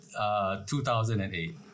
2008